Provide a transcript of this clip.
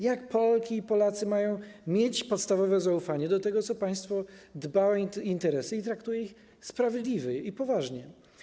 Jak Polki i Polacy mają mieć podstawowe zaufanie do tego, jak państwo dba o interesy i czy traktuje ich sprawiedliwie i poważnie?